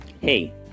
hey